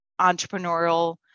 entrepreneurial